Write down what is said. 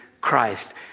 Christ